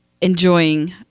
enjoying